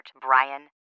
Brian